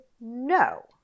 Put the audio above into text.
no